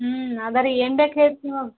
ಹ್ಞೂ ಅದೆ ರೀ ಏನು ಬೇಕು ಹೇಳಿರಿ ನೀವು